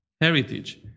heritage